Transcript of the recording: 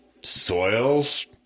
Soils